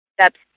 steps